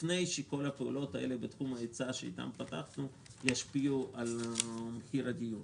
לפני שכל הפעולות האלה בתחום ההיצע ישפיעו על מחיר הדיור.